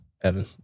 Evan